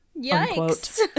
Yikes